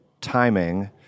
timing